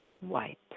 white